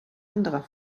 anderer